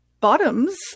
bottoms